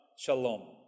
Shalom